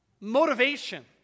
Motivation